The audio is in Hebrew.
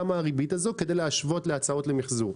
כמה הריבית הזאת כדי להשוות להצעות למחזור.